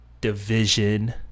division